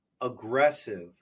aggressive